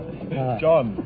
John